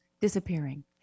disappearing